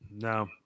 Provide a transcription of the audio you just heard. No